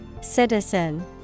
Citizen